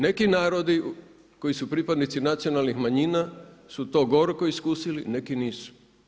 Neki narodi koji su pripadnici nacionalnih manjina su to gorko iskusili neki nisu.